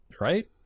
right